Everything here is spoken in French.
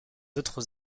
autres